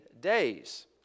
days